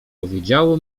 powiedziało